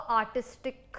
artistic